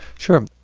sure.